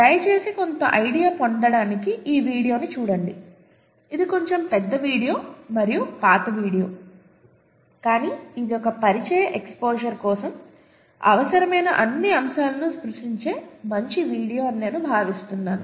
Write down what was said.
దయచేసి కొంత ఐడియా పొందడానికి ఈ వీడియోని చూడండి ఇది కొంచెం పెద్ద వీడియో మరియు పాత వీడియో కానీ ఇది ఒక పరిచయ ఎక్స్పోజర్ కోసం అవసరమైన అన్ని అంశాలను స్పృశించే మంచి వీడియో అని నేను భావిస్తున్నాను